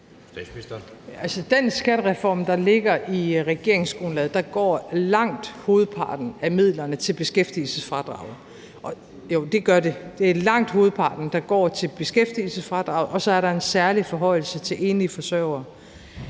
den skattereform, der ligger i regeringsgrundlaget, går langt hovedparten af midlerne til beskæftigelsesfradraget – jo, det gør det. Det er langt hovedparten, der går til beskæftigelsesfradraget, og så er der en særlig forhøjelse til enlige forsørgere.